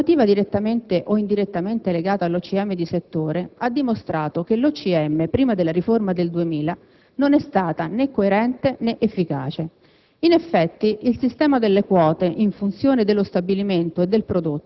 In termini di volumi, qualità e fluttuazione dei prezzi, la normativa, direttamente o indirettamente legata all'OCM di settore, ha dimostrato che l'OCM prima della riforma del 2000 non è stata né coerente, né efficace.